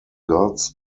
gods